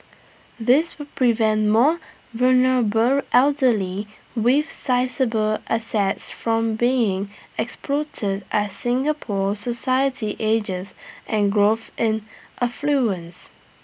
this will prevent more vulnerable elderly with sizeable assets from being exploited as Singapore society ages and grows in affluence